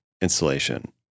installation